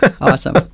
Awesome